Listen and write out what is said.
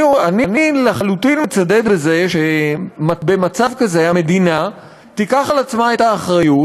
אני לחלוטין מצדד בזה שבמצב כזה המדינה תיקח על עצמה את האחריות